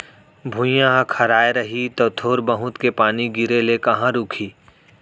भुइयॉं ह खराय रही तौ थोर बहुत के पानी गिरे ले कहॉं रूकही